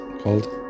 called